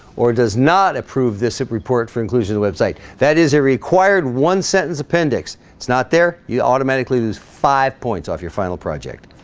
or does not approve this report for inclusion website that is a required one sentence appendix. it's not there you automatically lose five points off your final project